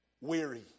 weary